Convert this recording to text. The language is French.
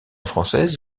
française